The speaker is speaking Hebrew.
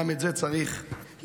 גם את זה צריך לזכור.